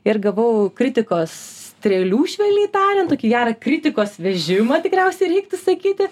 ir gavau kritikos strėlių švelniai tariant tokį gerą kritikos vežimą tikriausiai reiktų sakyti